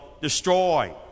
destroy